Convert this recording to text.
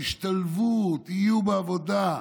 תשתלבו, תהיו בעבודה,